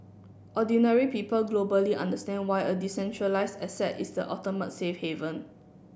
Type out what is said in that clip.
ordinary people globally understand why a decentralised asset is the ultimate safe haven